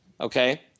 Okay